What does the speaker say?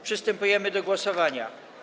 Przystępujemy do głosowania.